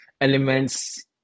elements